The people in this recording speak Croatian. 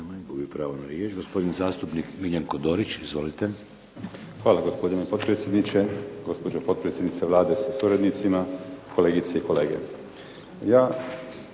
Hvala gospodine potpredsjedniče. Gospođo potpredsjednice Vlade sa suradnicima, kolegice i kolege.